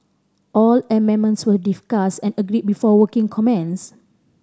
all amendments were discussed and agreed before working commenced